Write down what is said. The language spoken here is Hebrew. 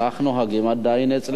כך נוהגים עדיין אצלנו.